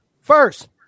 first